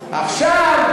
עכשיו,